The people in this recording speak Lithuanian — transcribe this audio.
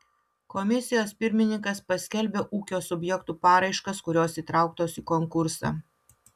komisijos pirmininkas paskelbia ūkio subjektų paraiškas kurios įtrauktos į konkursą